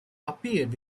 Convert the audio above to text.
appeared